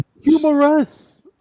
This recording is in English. humorous